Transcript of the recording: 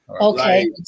okay